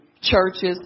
churches